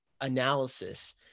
analysis